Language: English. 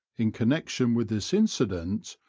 in connection with this incident,